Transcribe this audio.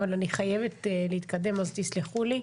אבל אני חייבת להתקדם אז תסלחו לי.